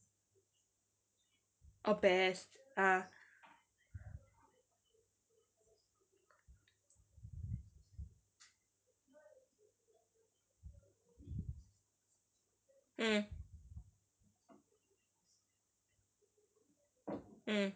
oh best ah mm mm